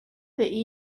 they